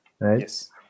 Yes